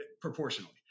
proportionally